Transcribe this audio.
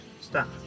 stop